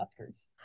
Oscars